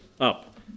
up